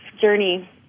journey